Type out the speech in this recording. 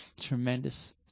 tremendous